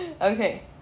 Okay